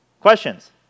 Questions